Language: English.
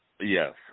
Yes